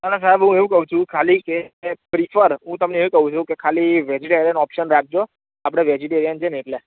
અને સાહેબ હું એઉ કહું છું ખાલી કે એકવાર હું તમને એ કહું છું કે ખાલીવેજીટેરિયન ઓપ્શન રાખજો આપડે વેજીટેરિયન છે ને એટલે